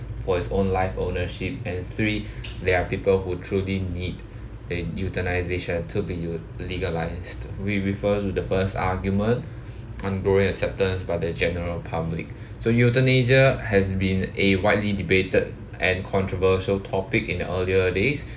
for his own life ownership and three there are people who truly need the euthanization to be eu~ legalised we refer to the first argument growing acceptance by the general public so euthanasia has been a widely debated and controversial topic in the earlier days